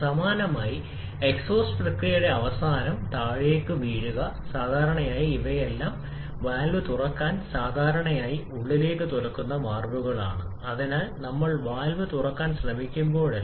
stoichiometric മിശ്രിതം ഒരു മിശ്രിതത്തെ സൂചിപ്പിക്കുന്നു ഇന്ധനത്തിന്റെയും വായുവിന്റെയും പൂർണമായും ആവശ്യമായ അതേ അളവിൽ വായു അടങ്ങിയിരിക്കുന്നു ജ്വലനം